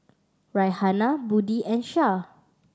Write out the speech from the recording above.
Raihana Budi and Syah